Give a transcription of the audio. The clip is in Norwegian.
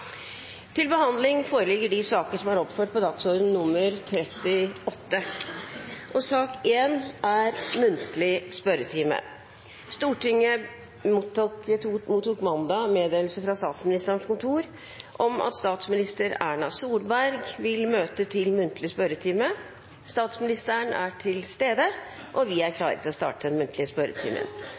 Stortinget mottok mandag meddelelse fra Statsministerens kontor om at statsminister Erna Solberg vil møte til muntlig spørretime. Statsministeren er til stede, og vi er klare til å starte den muntlige spørretimen.